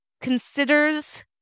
considers